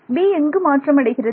'b' எங்கு மாற்றமடைகிறது